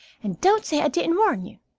and don't say i didn't warn you.